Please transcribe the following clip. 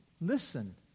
Listen